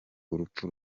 urupfu